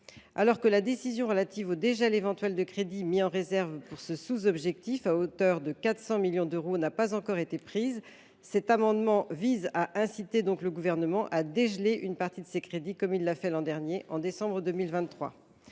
Alors que la décision relative au dégel éventuel de crédits mis en réserve pour ce sous objectif à hauteur de 400 millions d’euros n’a pas encore été prise, cet amendement vise à inciter le Gouvernement à dégeler une partie de ces crédits, comme il l’a fait en décembre 2023.